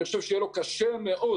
אני חושב שיהיה לו קשה מאוד